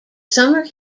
summer